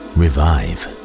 revive